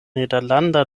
nederlanda